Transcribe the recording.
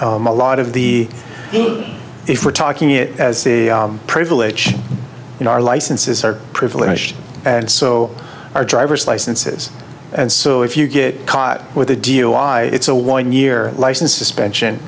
a lot of the if we're talking it as a privilege in our licenses are privileged and so are driver's licenses and so if you get caught with a deal why it's a one year license suspension